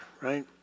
right